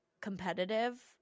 competitive